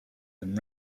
than